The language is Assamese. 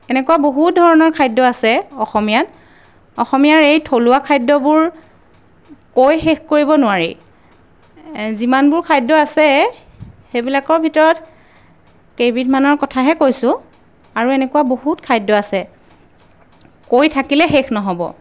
এনেকুৱা বহুত ধৰণৰ খাদ্য আছে অসমীয়াত অসমীয়াৰ এই থলুৱা খাদ্যবোৰ কৈ শেষ কৰিব নোৱাৰি যিমানবোৰ খাদ্য আছে সেইবিলাকৰ ভিতৰত কেইবিধমানৰ কথাহে কৈছোঁ আৰু এনেকুৱা বহুত খাদ্য আছে কৈ থাকিলে শেষ নহ'ব